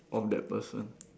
of that person